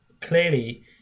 clearly